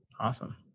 Awesome